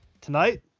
Tonight